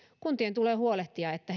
kuntien tulee huolehtia että